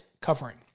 covering